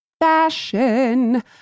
fashion